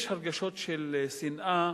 יש הרגשות של שנאה,